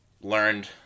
learned